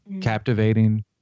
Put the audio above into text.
captivating